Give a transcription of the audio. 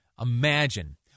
imagine